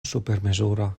supermezura